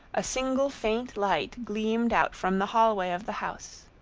a single faint light gleamed out from the hallway of the house.